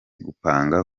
gupanga